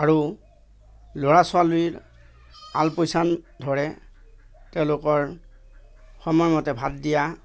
আৰু ল'ৰা ছোৱালীৰ আলপৈচান ধৰে তেওঁলোকৰ সময়মতে ভাত দিয়া